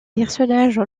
personnages